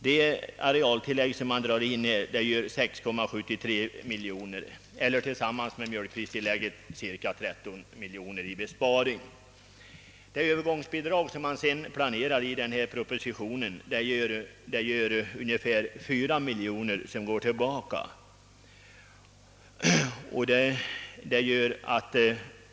Det arealtillägg som dras in är 6,73 miljoner kronor. Det blir alltså tillsammans med mjölkpristillägget en besparing på cirka 13 miljoner kronor. Det övergångsbidrag som planeras i propositionen är ungefär 4 miljoner kronor till ifrågavarande område.